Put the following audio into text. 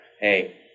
hey